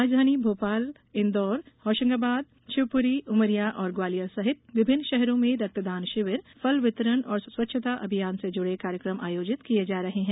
राजधानी भोपाल इन्दौर जबलपुर होशंगाबाद शिवपुरी उमरिया और ग्वालियर सहित विभिन्न शहरों में रक्तदान शिविर फल वितरण और स्वच्छता अभियान से जुड़े कार्यक्रम आयोजित किये जा रहे हैं